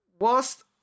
whilst